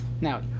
Now